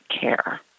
care